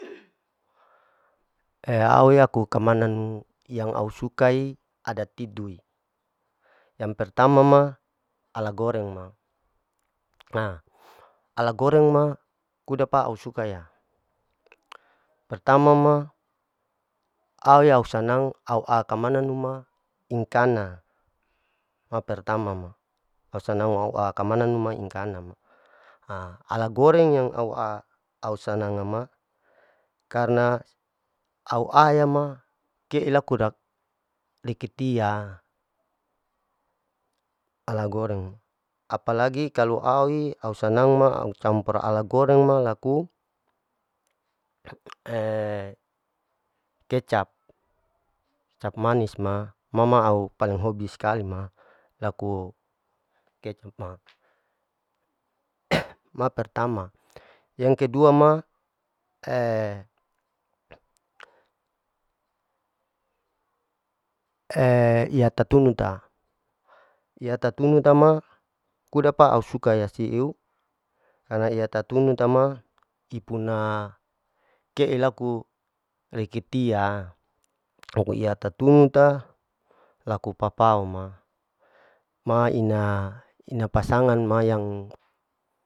ee au laku kamanan yang au sukai ada tidui yang pertama ma ala goreng ma, ala goreng ma kudapa au sukaya, pertama ma au ya sanang au kamana numa inkana, ma pertama ma, au sanang wau a kamananu ma inkakana ma, haala gorenga yang au sananganga ma, karna au ahyama keelaku dak leketia ala goreng, apa lagi kalu awi au sanang ma au campur ala goreng ma laku, kecap, kecap manis ma, ma ma au paling hobi skali ma, laku kecap ma, ma pertama, yang kedua ma iya tatunu ta, iya tatunu tama kuda pa au suka ya sieu karna iya tatunu ma ipuna keelaku reketia, reketia tatunu ta laku papao ma, ma ina, ina pasangan ma yang.